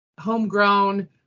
homegrown